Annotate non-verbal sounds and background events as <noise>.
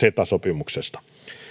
<unintelligible> ceta sopimuksesta